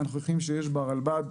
ברלב"ד,